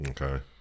Okay